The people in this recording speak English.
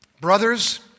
brothers